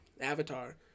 Avatar